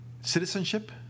Citizenship